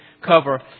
cover